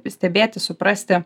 stebėti suprasti